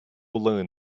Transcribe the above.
learn